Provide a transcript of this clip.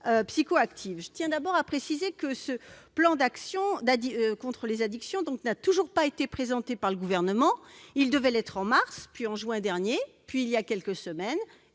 psychoactives. Précisons tout d'abord que ce plan d'action contre les addictions n'a toujours pas été présenté par le Gouvernement. Il devait l'être en mars, puis en juin dernier, puis il y a quelques semaines,